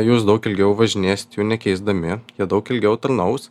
jūs daug ilgiau važinėsit jų nekeisdami jie daug ilgiau tarnaus